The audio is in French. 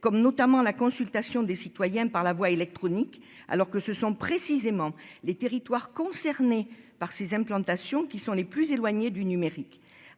comme notamment la consultation des citoyens par la voie électronique alors que ce sont précisément les territoires concernés par ces implantations qui sont les plus éloignés du numérique